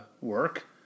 work